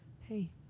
Hey